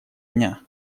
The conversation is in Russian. дня